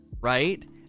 right